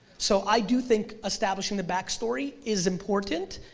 so i do think establishing the back story is important,